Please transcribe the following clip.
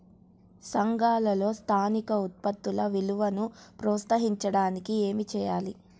సంఘాలలో స్థానిక ఉత్పత్తుల విలువను ప్రోత్సహించడానికి ఏమి చేయాలి?